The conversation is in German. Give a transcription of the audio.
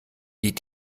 die